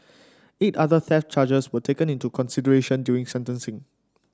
eight other theft charges were taken into consideration during sentencing